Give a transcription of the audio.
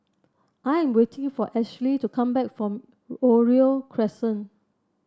I am waiting for Ashlee to come back from Oriole Crescent